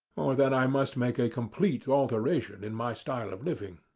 or that i must make a complete alteration in my style of living.